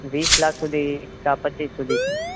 વીસ લાખ સુધી કા પચીસ સુધી